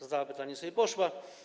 Zadała pytanie i sobie poszła.